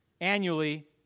annually